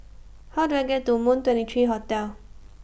How Do I get to Moon twenty three Hotel